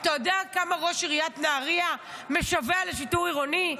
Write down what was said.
אתה יודע כמה ראש עיריית נהריה משווע לשיטור עירוני?